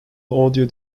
audio